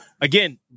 Again